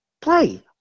play